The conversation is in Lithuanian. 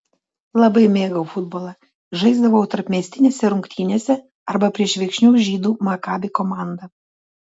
labai mėgau futbolą žaisdavau tarpmiestinėse rungtynėse arba prieš viekšnių žydų makabi komandą